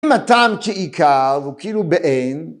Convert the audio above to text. אם הטעם כעיקר הוא כאילו באין